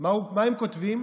מה הם כותבים?